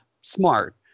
smart